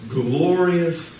glorious